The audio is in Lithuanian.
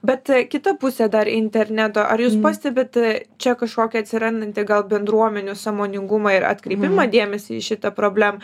bet kita pusė dar interneto ar jūs pastebit i čia kažkokią atsirandantį gal bendruomenių sąmoningumą ir atkreipimą dėmesį į šitą problem